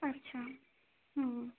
আচ্ছা হুম